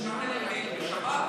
מופעלים בשבת,